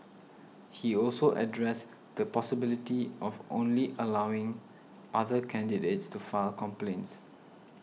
he also addressed the possibility of only allowing other candidates to file complaints